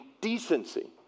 decency